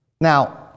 Now